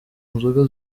nzoga